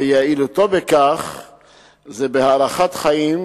ויעילותו היא בהארכת חיים,